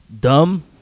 dumb